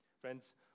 Friends